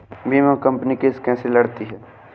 बीमा company case कैसे लड़ती है?